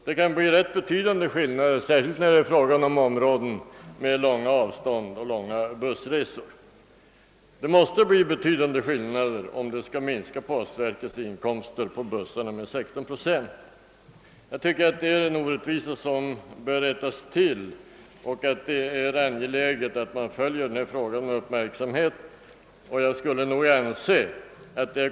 Det kan bli rätt betydande skillnader, särskilt inom områden med stora avstånd och långa bussresor. Att det måste röra sig om avsevärda skillnader vi sar redan det förhållandet att postverkets bussinkomster minskas med 16 procent. | Det finns här enligt min mening e orättvisa som bör rättas till, och det är angeläget att frågan följs med uppmärksamhet.